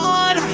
on